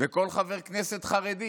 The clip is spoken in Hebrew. וכל חבר כנסת חרדי